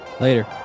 Later